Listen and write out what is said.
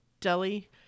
Delhi